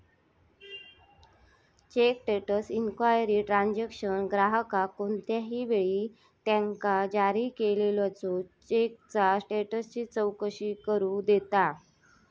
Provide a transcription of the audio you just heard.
check status enquiry transaction ग्राहकाक कोणत्याही वेळी त्यांका जारी केलेल्यो चेकचा स्टेटसची चौकशी करू देता